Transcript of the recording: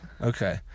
Okay